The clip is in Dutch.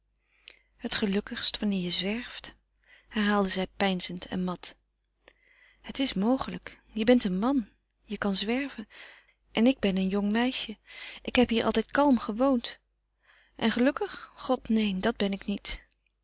het gelukkigst wanneer je zwerft herhaalde zij peinzend en mat het is mogelijk je bent een man je kan zwerven en ik ben een jong meisje ik heb hier altijd kalm gewoond en gelukkig god neen dat ben ik niet